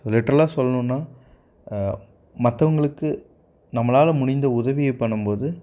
லிட்ரலாக சொல்லணுன்னா மற்றவங்களுக்கு நம்மளால் முடிந்த உதவியை பண்ணும்போது